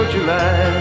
July